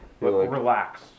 Relax